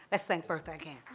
let's thank bertha again.